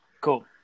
Cool